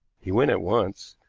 he went at once.